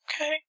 Okay